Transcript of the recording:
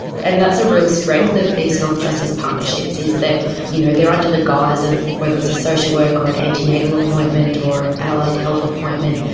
and that's a real strength of these health justice partnerships, is that you know they are under the guise of, whether it's a social worker or an antenatal appointment or allied health appointment,